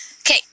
Okay